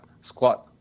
squat